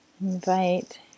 Invite